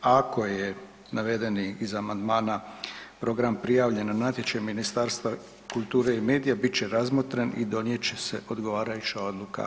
Ako je navedeni iz amandmana program prijavljen na natječaj Ministarstva kulture i medija bit će razmotren i donijet će se odgovarajuća odluka.